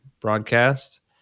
broadcast